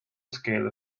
scale